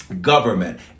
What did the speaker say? government